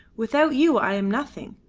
without you i am nothing.